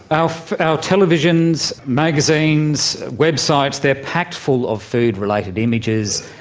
our our televisions, magazines, websites, they're packed full of food-related images,